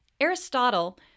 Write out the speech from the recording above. Aristotle